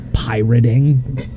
Pirating